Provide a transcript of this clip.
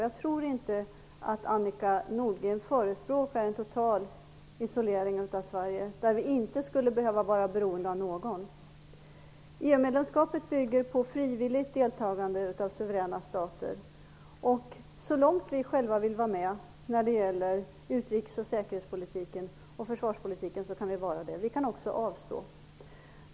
Jag tror inte att Annika Nordgren förespråkar en total isolering av Sverige, där vi inte skulle behöva vara beroende av någon. EU-medlemskapet bygger på frivilligt deltagande av suveräna stater. Så långt vi själva vill vara med när det gäller utrikes och säkerhetspolitiken och försvarspolitiken kan vi vara det. Vi kan också avstå.